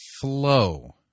flow